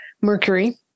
Mercury